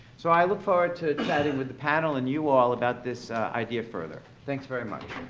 so i look forward to chatting with the panel and you all about this idea further. thanks very much.